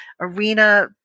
arena